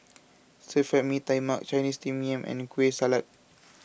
Stir Fried Mee Tai Mak Chinese Steamed Yam and Kueh Salat